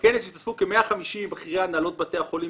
בכנס ישתתפו כ-150 בכירי ההנהלות בתי החולים,